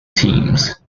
teams